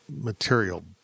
material